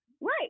Right